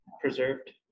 preserved